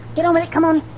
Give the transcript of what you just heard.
get on with it, come on.